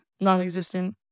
non-existent